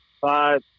five